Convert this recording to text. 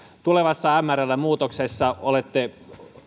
tulevassa mrln muutoksessa olette